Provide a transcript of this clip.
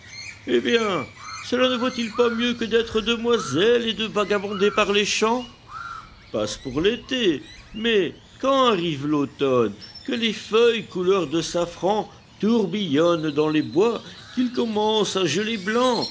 eh bien cela ne vaut-il pas mieux que d'être demoiselle et de vagabonder par les champs passe pour l'été mais quand arrive l'automne que les feuilles couleur de safran tourbillonnent dans les bois qu'il commence à geler blanc